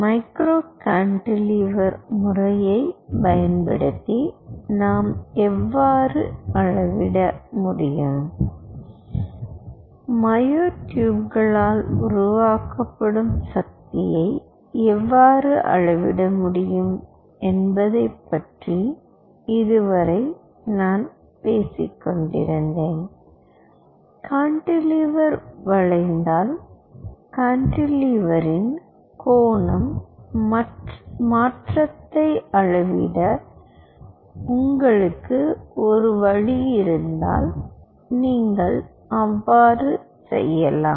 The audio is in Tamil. மைக்ரோ கான்டிலீவர் முறையைப் பயன்படுத்தி நாம் எவ்வாறு அளவிட முடியும் மயோட்யூப்களால் உருவாக்கப்படும் சக்தியை எவ்வாறு அளவிட முடியும் என்பதைப் பற்றி இதுவரை நான் பேசிக்கொண்டிருந்தேன் கான்டிலீவர் வளைந்தால் கான்டிலீவரின் கோணம் மாற்றத்தை அளவிட உங்களுக்கு ஒரு வழி இருந்தால் நீங்கள் அவ்வாறு செய்யலாம்